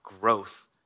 growth